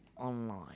Online